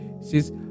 says